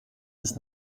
bis